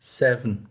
seven